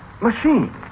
Machine